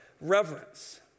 reverence